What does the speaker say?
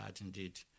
indeed